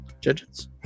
Judges